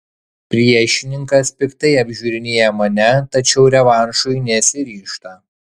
priešininkas piktai apžiūrinėja mane tačiau revanšui nesiryžta